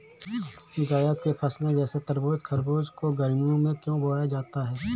जायद की फसले जैसे तरबूज़ खरबूज को गर्मियों में क्यो बोया जाता है?